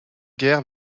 guerre